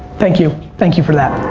thank you. thank you for that.